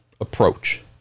approach